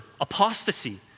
apostasy